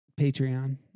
Patreon